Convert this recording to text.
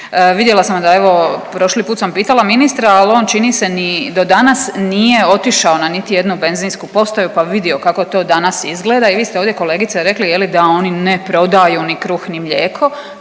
Vidjela sam da evo prošli put sam pitala ministra ali on čini ni do danas nije otišao na niti jednu benzinsku postaju, pa vidio kako to danas izgleda i vi ste ovdje kolegice rekli je li da oni ne prodaju ni kruh, ni mlijeko.